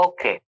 Okay